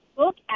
look